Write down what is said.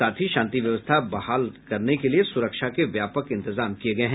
साथ ही शांति व्यवस्था बहाल करने के लिए सुरक्षा के व्यापक इंतजाम किये गये हैं